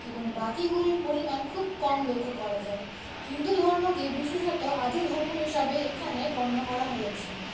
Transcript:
এবং বাকিগুলির পরিমাণ খুব কম লক্ষ্য করা যায় হিন্দু ধর্মকে বিশেষত আদি ধর্ম হিসাবে এখানে গণ্য করা হয়েছে